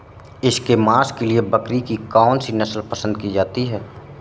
इसके मांस के लिए बकरी की कौन सी नस्ल पसंद की जाती है?